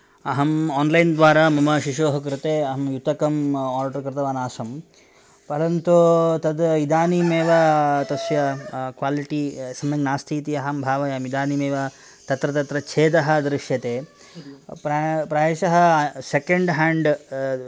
अहं आन्लैन् द्वारा मम शिशोः कृते अहं युतकं आर्डर् कृतवान् आसं परन्तु तत् इदानीमेव तस्य क्वालिटी सम्यक् नास्ति इति अहं भावयामि इदानीमेव तत्र तत्र च्छेदः दृश्यते प्रय प्रायशः सेकण्ड् हाण्ड्